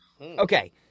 Okay